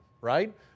right